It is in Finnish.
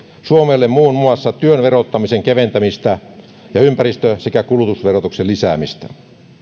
suomelle muun muassa työn verottamisen keventämistä ja ympäristö sekä kulutusverotuksen lisäämistä